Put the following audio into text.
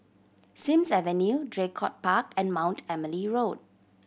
Sims Avenue Draycott Park and Mount Emily Road